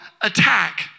attack